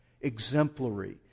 exemplary